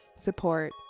support